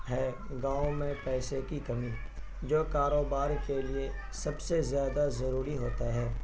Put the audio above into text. ہے گاؤں میں پیسے کی کمی جو کاروبار کے لیے سب سے زیادہ ضروری ہوتا ہے